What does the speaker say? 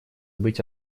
быть